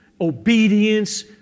obedience